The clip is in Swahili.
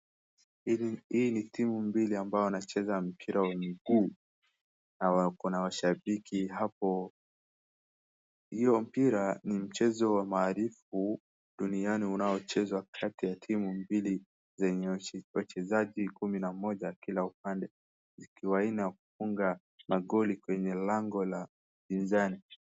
Hii hii ni timu mbili ambao wanacheza mpira wa miguu na wako na washabiki hapo. Hiyo mpira ni mchezo wa maarifu duniani unaochezwa kati ya timu mbili zenye wachezaji kumi na moja kila upande zikiwania kufunga magoli kwenye lango la upinzani.